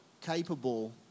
capable